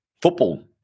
football